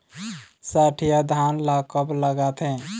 सठिया धान ला कब लगाथें?